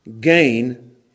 gain